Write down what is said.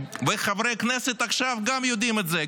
חברי הכנסת עכשיו גם יודעים את זה.